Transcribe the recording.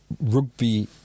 rugby